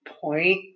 Point